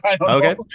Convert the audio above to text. Okay